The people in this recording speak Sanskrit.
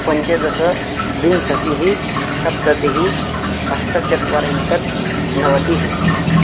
पञ्चदश विंशतिः सप्ततिः अष्टचत्वारिंशत् नवतिः